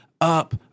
up